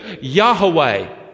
Yahweh